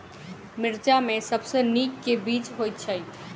मिर्चा मे सबसँ नीक केँ बीज होइत छै?